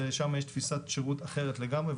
ושם יש תפיסת שירות אחרת לגמרי,